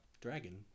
Dragon